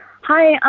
hi.